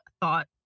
thought